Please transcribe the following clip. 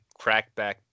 crackback